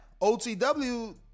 OTW